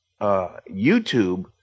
YouTube